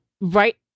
right